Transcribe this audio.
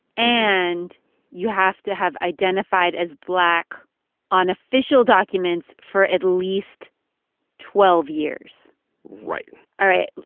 and you have to have identified as black on official documents for at least twelve years right all right.